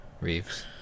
Reeves